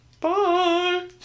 Bye